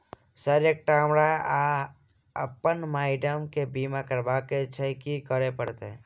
Sir एकटा हमरा आ अप्पन माइडम केँ बीमा करबाक केँ छैय की करऽ परतै?